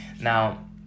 now